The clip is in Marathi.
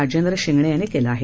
राजेंद्र शिंगणे यांनी केलं आहे